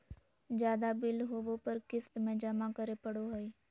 ज्यादा बिल होबो पर क़िस्त में जमा करे पड़ो हइ